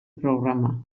programa